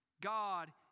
God